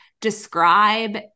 describe